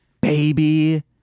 baby